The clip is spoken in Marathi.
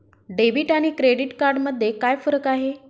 डेबिट आणि क्रेडिट कार्ड मध्ये काय फरक आहे?